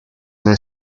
nel